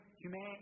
human